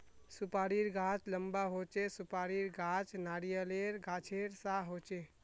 सुपारीर गाछ लंबा होचे, सुपारीर गाछ नारियालेर गाछेर सा होचे